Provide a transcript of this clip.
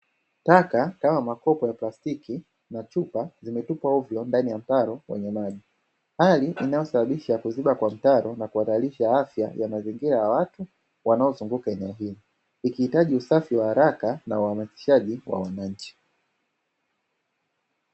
Taka kama makopo ya plastiki na chupa zimetupwa hovyo ndani ya mtaro wenye maji, hali inayosababisha kuziba kwa mtaro na kuhatarisha afya ya mazingira ya watu wanaozunguka eneo hili, likihitaji usafi wa haraka na uhamasishaji wa wananchi.